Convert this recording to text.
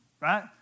right